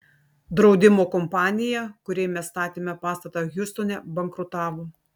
draudimo kompanija kuriai mes statėme pastatą hjustone bankrutavo